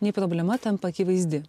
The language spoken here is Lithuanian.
nei problema tampa akivaizdi